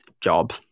job